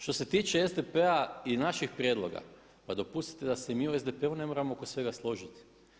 Što se tiče SDP-a i naših prijedloga, pa dopustite da se i mi u SDP-u ne moramo oko svega složiti.